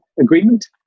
Agreement